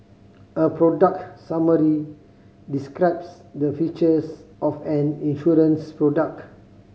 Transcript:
a product summary describes the features of an insurance product